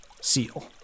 seal